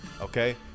okay